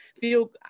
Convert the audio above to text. feel